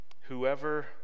whoever